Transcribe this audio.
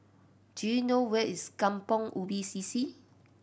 do you know where is Kampong Ubi C C